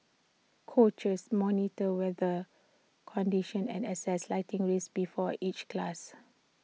coaches monitor weather conditions and assess lightning risks before each class